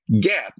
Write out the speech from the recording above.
get